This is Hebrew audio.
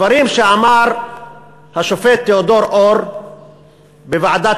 דברים שאמר השופט תיאודור אור בוועדת